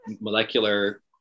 molecular